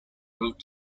root